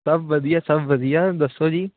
ਸਭ ਵਧੀਆ ਸਭ ਵਧੀਆ ਦੱਸੋ ਜੀ